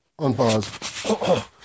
Unpause